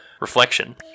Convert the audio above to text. reflection